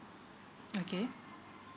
okay